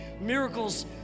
Miracles